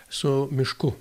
su mišku